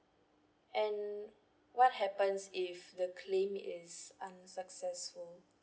and what happens if the claim is unsuccessful